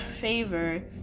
favor